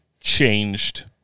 changed